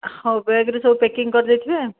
ହେଉ ବ୍ୟାଗରେ ସବୁ ପ୍ୟାକିଙ୍ଗ କରିଦେଇଥିବେ